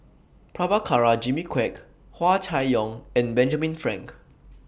Prabhakara Jimmy Quek Hua Chai Yong and Benjamin Frank